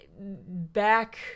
back